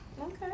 Okay